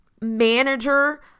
manager